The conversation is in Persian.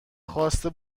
خواسته